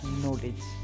knowledge